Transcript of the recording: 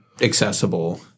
accessible